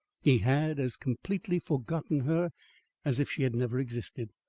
he had as completely forgotten her as if she had never existed.